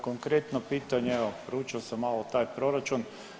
Konkretno pitanje, evo, proučio sam malo taj proračun.